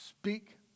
Speak